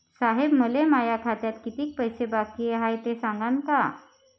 साहेब, मले माया खात्यात कितीक पैसे बाकी हाय, ते सांगान का?